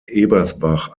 ebersbach